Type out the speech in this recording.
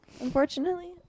unfortunately